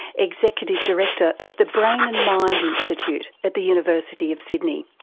executive director of the brain and mind institute at the university of sydney.